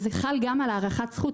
זה חל גם על הארכת זכות.